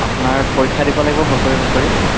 আপোনাৰ পৰীক্ষা দিব লাগিব বছৰি বছৰি